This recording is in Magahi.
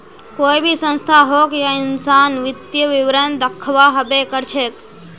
कोई भी संस्था होक या इंसान वित्तीय विवरण दखव्वा हबे कर छेक